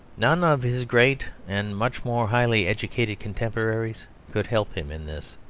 none of his great and much more highly-educated contemporaries could help him in this.